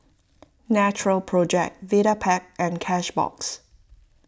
Natural Project Vitapet and Cashbox